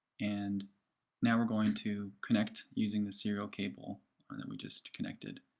and now we're going to connect using the serial cable and that we just connected.